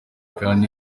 kandi